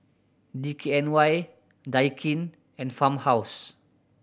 D K N Y Daikin and Farmhouse